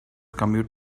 commute